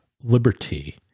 Liberty